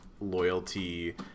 loyalty